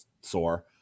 sore